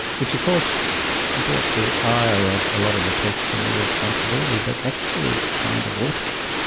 which of course brought the ire of a lot of the press for the irresponsibility but actually kind of worked,